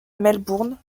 melbourne